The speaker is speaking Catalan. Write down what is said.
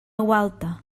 gualta